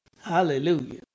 Hallelujah